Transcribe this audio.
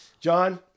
John